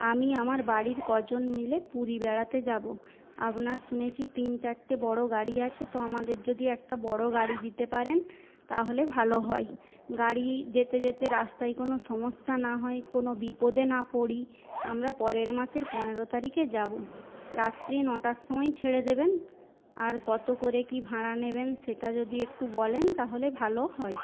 আমি আমার বাড়ির কজন মিলে পুরী বেড়াতে যাব আপনার শুনেছি তিন চারটে বড়ো গাড়ি আছে তো আমাদের যদি একটা বড়ো গাড়ি দিতে পারেন তাহলে ভালো হয় গাড়ি যেতে যেতে রাস্তায় কোনো সমস্যা না হয় কোনো বিপদে না পরি আমরা পরের মাসের পনেরো তারিখে যাব রাত্রি নটার সময় ছেড়ে দেবেন আর কত করে কি ভাড়া নেবেন সেটা যদি একটু বলেন তাহলে ভালো হয়